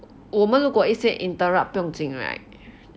我们如果一些 interrupt 不用紧 right